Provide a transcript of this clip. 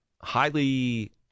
highly